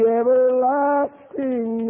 everlasting